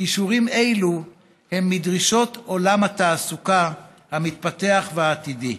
כישורים אלו הם מדרישות עולם התעסוקה המתפתח והעתידי.